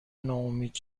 نومید